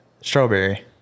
Strawberry